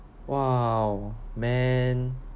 !wow! man